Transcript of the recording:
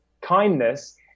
kindness